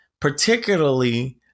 particularly